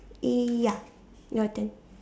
ya your turn